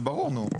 זה ברור, נו.